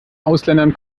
ausländern